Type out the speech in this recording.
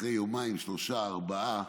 אחרי יומיים, שלושה, ארבעה,